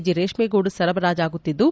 G ರೇಷ್ಮೆಗೂಡು ಸರಬರಾಜಾಗುತ್ತಿದ್ದು